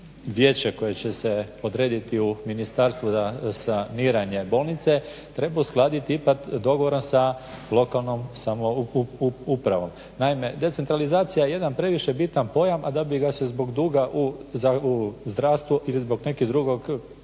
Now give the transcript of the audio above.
vijeće koje će se odrediti u ministarstvu za saniranje bolnice treba uskladiti ipak u dogovoru sa lokalnom samoupravom. Naime, decentralizacija je jedan previše bitan pojam a da bi ga se zbog duga u zdravstvu ili zbog nekog drugog